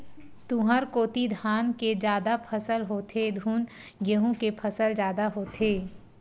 तुँहर कोती धान के जादा फसल होथे धुन गहूँ के फसल जादा होथे?